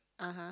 (uh huh)